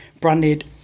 branded